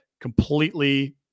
Completely